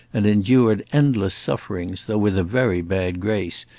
and endured endless sufferings, though with a very bad grace,